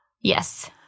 yes